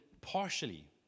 partially